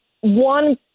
one